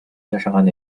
жашаган